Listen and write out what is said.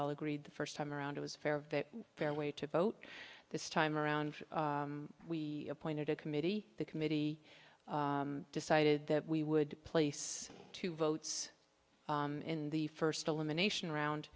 all agreed the first time around was fair a fair way to vote this time around we appointed a committee the committee decided that we would place two votes in the first elimination round